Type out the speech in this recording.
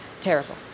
Terrible